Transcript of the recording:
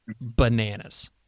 bananas